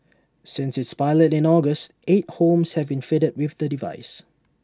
since its pilot in August eight homes have been fitted with the device